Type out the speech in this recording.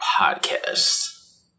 podcast